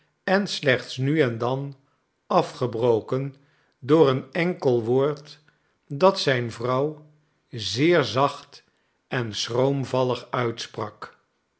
en slechts nu en dan afgebroken door een enkel woord dat zijne vrouw zeer zacht en schroomvallig uitsprak